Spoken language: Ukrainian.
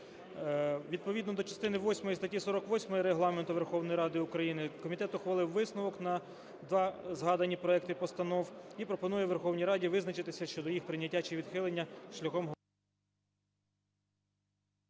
Відповідно до частини восьмої статті 48 Регламенту Верховної Ради України комітет ухвалив висновок на два згадані проекти постанов і пропонує Верховній Раді визначитися щодо їх прийняття чи відхилення шляхом голосування.